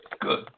good